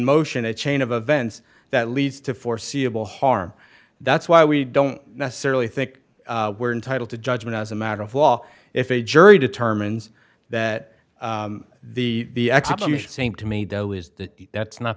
motion a chain of events that leads to foreseeable harm that's why we don't necessarily think we're entitled to judgment as a matter of law if a jury determines that the execution same to me though is that that's not